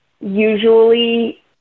usually